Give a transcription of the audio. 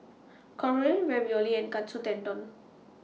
Korokke Ravioli and Katsu Tendon